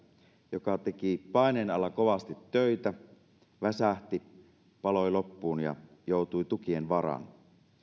joka teki paineen alla kovasti töitä väsähti paloi loppuun ja joutui tukien varaan